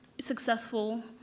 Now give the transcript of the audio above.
successful